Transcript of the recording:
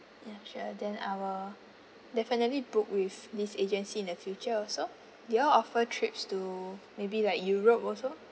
ya sure then I will definitely book with this agency in the future also do y'all offer trips to maybe like europe also